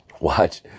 Watch